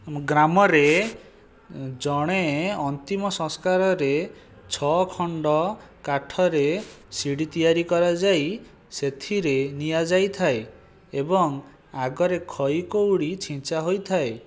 ଆମ ଗ୍ରାମରେ ଜଣେ ଅନ୍ତିମ ସଂସ୍କାରରେ ଛଅ ଖଣ୍ଡ କାଠରେ ସିଡ଼ି ତିଆରି କରାଯାଇ ସେଥିରେ ନିଆଯାଇଥାଏ ଏବଂ ଆଗରେ ଖଇ କଉଡ଼ି ଛିଞ୍ଚା ହୋଇଥାଏ